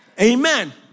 Amen